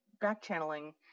back-channeling